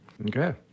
Okay